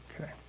Okay